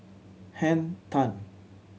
Henn Tan